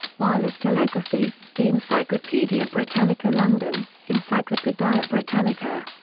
wireless telegraphy, the encyclopaedia britannica. london encyclopaedia britannica.